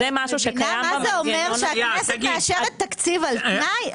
את מבינה מה זה אומר שהכנסת מאשרת תקציב על תנאי?